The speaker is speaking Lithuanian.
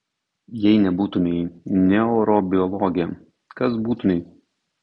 jei nebūtumei neurobiologė kas būtumei